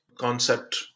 concept